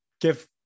give